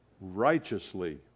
righteously